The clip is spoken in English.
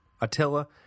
Attila